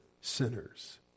sinners